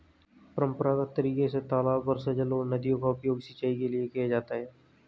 परम्परागत तरीके से तालाब, वर्षाजल और नदियों का उपयोग सिंचाई के लिए किया जाता है